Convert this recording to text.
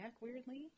weirdly